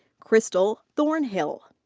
crystal thornhill.